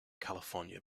california